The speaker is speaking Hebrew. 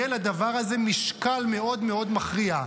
יהיה לדבר הזה משקל מאוד מאוד מכריע.